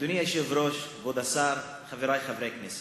אדוני היושב-ראש, כבוד השר, חברי חברי הכנסת,